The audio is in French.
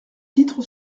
titre